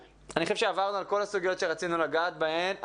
עברנו על כל הסוגיות שרצינו לגעת בהן,